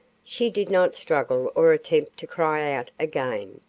she did not struggle or attempt to cry out again.